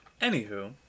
Anywho